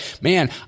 man